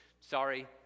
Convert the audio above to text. Sorry